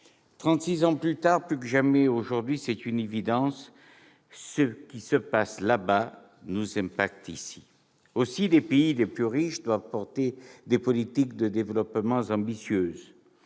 ans plus tard, plus que jamais aujourd'hui, c'est une évidence : ce qui se passe là-bas nous impacte ici. Aussi les pays les plus riches doivent-ils porter des politiques de développement ambitieuses.